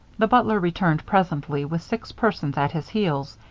the butler returned presently with six persons at his heels.